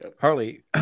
Harley